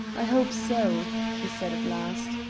i hope so, he said at last.